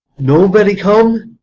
nobody come?